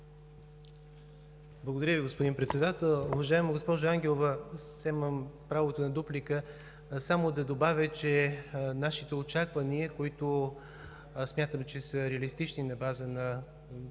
Благодаря Ви, господин Председател. Уважаема госпожо Ангелова, вземам правото на дуплика само да добавя, че нашите очаквания, които смятам, че са реалистични на база на данните,